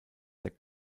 der